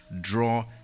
draw